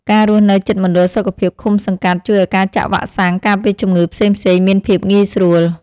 ការរស់នៅជិតមណ្ឌលសុខភាពឃុំសង្កាត់ជួយឱ្យការចាក់វ៉ាក់សាំងការពារជំងឺផ្សេងៗមានភាពងាយស្រួល។